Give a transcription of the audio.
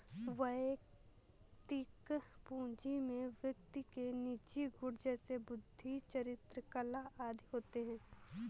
वैयक्तिक पूंजी में व्यक्ति के निजी गुण जैसे बुद्धि, चरित्र, कला आदि होते हैं